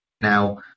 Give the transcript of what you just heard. Now